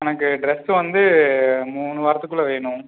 எனக்கு ட்ரெஸ் வந்து மூணு வாரத்துக்குள்ளே வேணும்